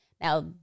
Now